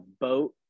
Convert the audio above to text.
boat